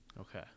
okay